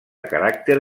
caràcter